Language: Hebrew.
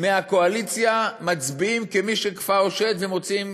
מהקואליציה מצביעים כמי שכפאו שד ומוציאים